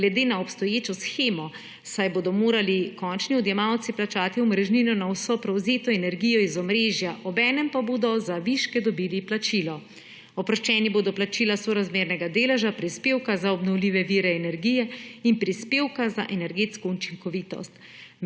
glede na obstoječo shemo, saj bodo morali končni odjemalci plačati omrežnino na vso prevzeto energijo iz omrežja, obenem pa bodo za viške dobili plačilo. Oproščeni bodo plačila sorazmernega deleža prispevka za obnovljive vire energije in prispevka za energetsko učinkovitost.